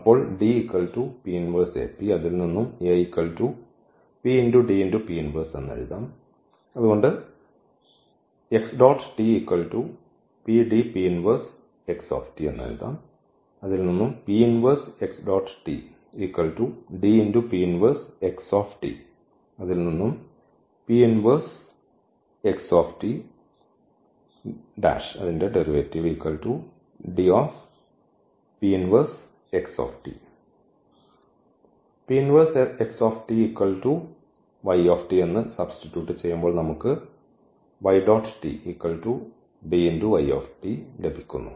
അപ്പോൾ എന്ന് സബ്സ്റ്റിറ്റ്യൂട്ട് ചെയ്യുമ്പോൾ നമുക്ക് ലഭിക്കുന്നു